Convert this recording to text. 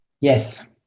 Yes